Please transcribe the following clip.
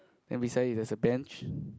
and beside it there's a bench